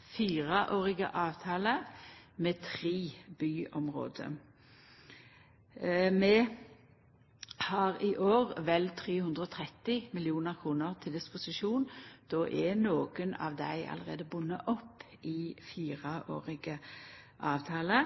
fireårige avtalar med tre byområde. Vi har i år vel 330 mill. kr til disposisjon. Då er nokre av dei allereie bundne opp i fireårige avtalar.